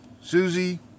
Susie